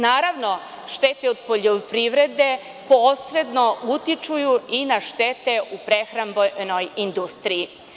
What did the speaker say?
Naravno, štete od poljoprivrede posredno utiču i na štete u prehrambenoj industriji.